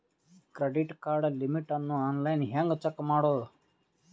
Credit card limit ಅನ್ನು online ಹೆಂಗ್ check ಮಾಡೋದು?